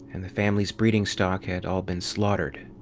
and the family's breeding stock had all been slaughtered.